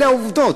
אלה העובדות,